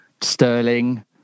Sterling